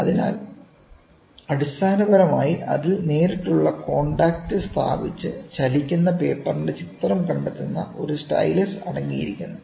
അതിനാൽ അടിസ്ഥാനപരമായി അതിൽ നേരിട്ടുള്ള കോൺടാക്റ്റ് സ്ഥാപിച്ച് ചലിക്കുന്ന പേപ്പറിന്റെ ചിത്രം കണ്ടെത്തുന്ന ഒരു സ്റ്റൈലസ് അടങ്ങിയിരിക്കുന്നു